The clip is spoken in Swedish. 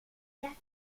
lek